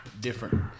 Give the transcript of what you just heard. different